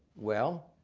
well,